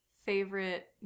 favorite